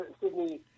Sydney